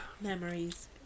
Memories